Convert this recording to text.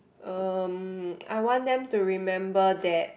um I want them to remember that